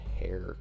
hair